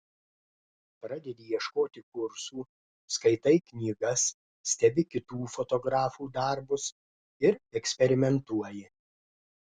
pradedi ieškoti kursų skaitai knygas stebi kitų fotografų darbus ir eksperimentuoji